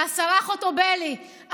והשרה חוטובלי,